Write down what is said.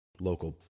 local